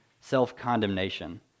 self-condemnation